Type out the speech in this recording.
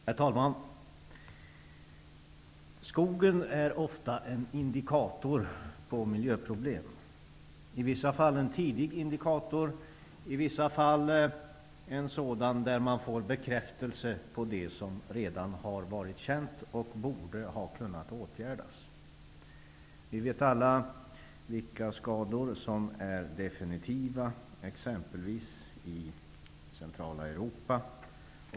Herr talman! Skogen är ofta en indikator på miljöproblem. Den är i vissa fall en tidig indikator och i andra fall en sådan där man får bekräftelse på det som redan har varit känt och som man borde ha kunnat åtgärda. Vi vet alla vilka skador som är definitiva, exempelvis de i Centraleuropa.